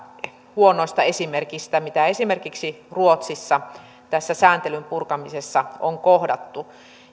huonoista esimerkeistä mitä esimerkiksi ruotsissa tässä sääntelyn purkamisessa on kohdattu